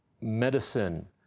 medicine